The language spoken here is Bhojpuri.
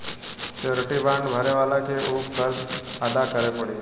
श्योरिटी बांड भरे वाला के ऊ कर्ज अदा करे पड़ी